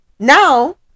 Now